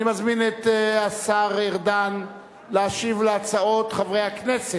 אני מזמין את השר ארדן להשיב על הצעות חברי הכנסת,